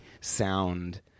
sound